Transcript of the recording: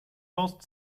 most